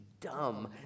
dumb